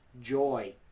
joy